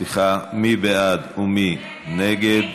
סליחה, מי בעד ומי נגד?